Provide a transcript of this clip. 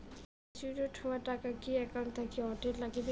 Matured হওয়া টাকাটা কি একাউন্ট থাকি অটের নাগিবে?